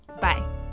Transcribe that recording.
Bye